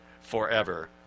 forever